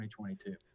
2022